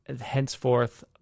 henceforth